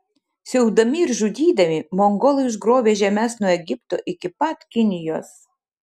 siaubdami ir žudydami mongolai užgrobė žemes nuo egipto iki pat kinijos